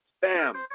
bam